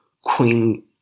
Queen